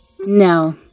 No